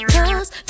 Cause